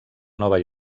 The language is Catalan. nova